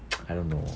I don't know